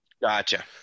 Gotcha